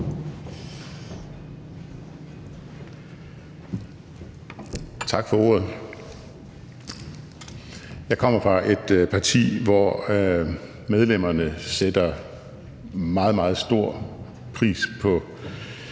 Tak for ordet. Jeg kommer fra et parti, hvor medlemmerne sætter meget, meget stor pris på